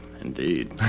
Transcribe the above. Indeed